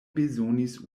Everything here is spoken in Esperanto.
bezonis